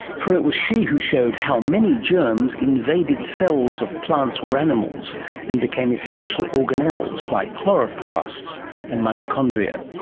for it was she who showed how many germs invaded cells of plants or animals and became essential organelles like chloroplasts and mitochondria.